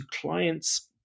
clients